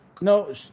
no